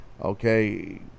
okay